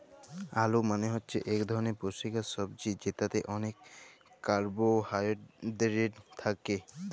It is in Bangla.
আলু মালে হছে ইক ধরলের পুষ্টিকর ছবজি যেটতে অলেক কারবোহায়ডেরেট থ্যাকে